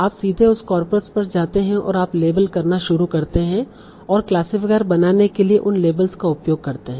आप सीधे उस कॉर्पस पर जाते हैं और आप लेबल करना शुरू करते हैं और क्लासिफायर बनाने के लिए उन लेबल्स का उपयोग करते हैं